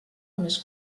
més